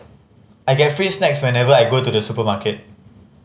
I get free snacks whenever I go to the supermarket